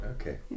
Okay